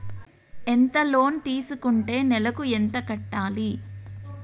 ఎంత లోన్ తీసుకుంటే నెలకు ఎంత కట్టాలి?